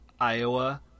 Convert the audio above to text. Iowa